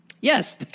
Yes